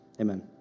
Amen